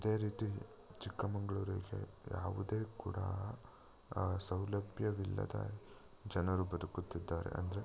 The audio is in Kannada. ಇದೇ ರೀತಿ ಚಿಕ್ಕ ಮಂಗಳೂರಿಗೆ ಯಾವುದೇ ಕೂಡ ಸೌಲಭ್ಯವಿಲ್ಲದ ಜನರು ಬದುಕುತ್ತಿದ್ದಾರೆ ಅಂದರೆ